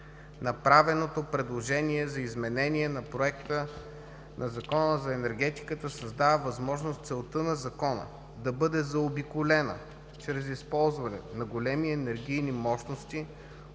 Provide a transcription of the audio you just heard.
„Направеното предложение за изменение на Проекта на Закона за енергетиката създава възможност целта на Закона да бъде заобиколена чрез използване на големи енергийни мощности,